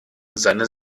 seine